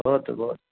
भवतु भवतु